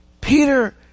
Peter